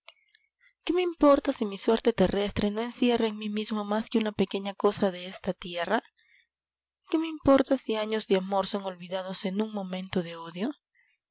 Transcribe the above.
qué me importa si mi suerte terrestre no encierra en mí mismo más que una pequeña cosa de esta tierra qué me importa si años de amor son olvidados en un momento de odio